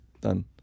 done